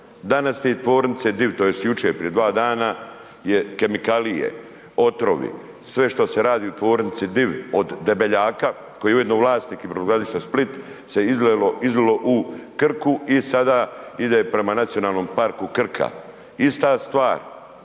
Danas te tvornice DIV tj. jučer prije dva dana kemikalije, otrovi, sve što se radi u tvornici DIV od debeljaka koji je ujedno i vlasnik i brodogradilišta Split se izlilo u Krku i sada ide prema NP Krka. Ista stvar